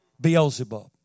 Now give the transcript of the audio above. Beelzebub